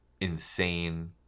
insane